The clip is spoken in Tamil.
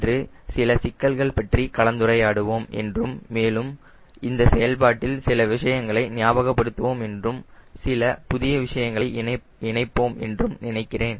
இன்று சில சிக்கல்கள் பற்றி கலந்துரையாடுவோம் என்றும் மேலும் இந்த செயல்பாட்டில் சில விஷயங்களை ஞாபகப்படுத்துவோம் என்றும் மேலும் சில புதிய விஷயங்களை இணைப்போம் என்றும் நினைக்கிறேன்